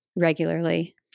regularly